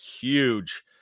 huge